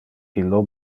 illo